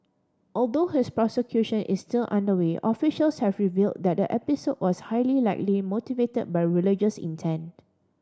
although his prosecution is still underway officials have reveal that the episode was highly likely motivate by religious intent